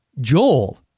Joel